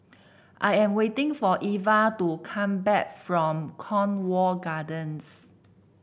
I am waiting for Eva to come back from Cornwall Gardens